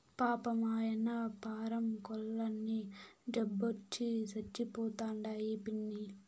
పాపం, ఆయన్న పారం కోల్లన్నీ జబ్బొచ్చి సచ్చిపోతండాయి పిన్నీ